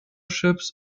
ships